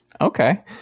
Okay